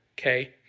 okay